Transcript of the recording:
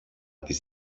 τις